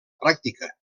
pràctica